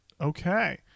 Okay